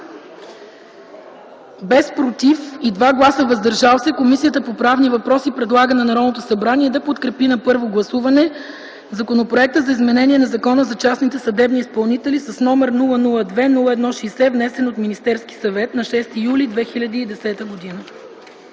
без „против” и 2 гласа „въздържали се”, Комисията по правни въпроси предлага на Народното събрание да подкрепи на първо гласуване Законопроекта за изменение на Закона за частните съдебни изпълнители, № 002-01-60, внесен от Министерския съвет на 6 юли 2010 г.”